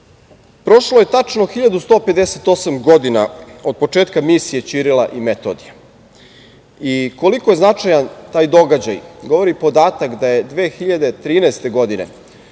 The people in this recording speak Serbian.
jezika. Prošlo je tačno 1158 godina od početka misije Ćirila i Metodija. Koliko je značajan taj događaj govori podatak da je 2013. godine